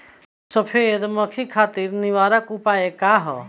सफेद मक्खी खातिर निवारक उपाय का ह?